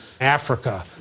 Africa